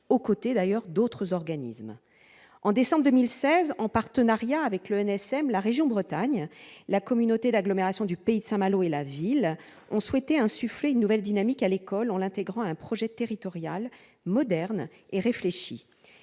au côté d'autres organismes. En décembre 2016, en partenariat avec l'ENSM, la région Bretagne, la communauté d'agglomération du pays de Saint-Malo et la ville ont souhaité insuffler une nouvelle dynamique à l'école, en l'intégrant à un projet territorial moderne et réfléchi.